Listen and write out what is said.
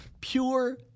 pure